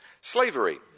Slavery